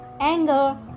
anger